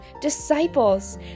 disciples